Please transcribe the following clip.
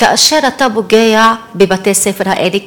כאשר אתה פוגע בבתי-הספר האלה,